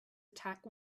attack